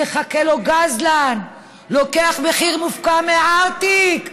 יחכה לו גזלן, לוקח מחיר מופקע על הארטיק,